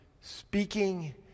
speaking